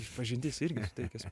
išpažintis irgi tai kas